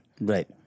Right